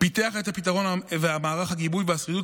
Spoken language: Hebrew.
פיתח את הפתרון ומערך הגיבוי והשרידות